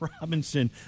Robinson